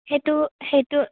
সেইটো সেইটো